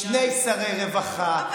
שני שרי רווחה,